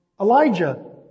Elijah